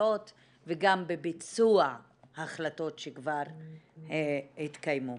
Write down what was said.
החלטות וגם בביצוע החלטות שכבר התקיימו.